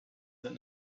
that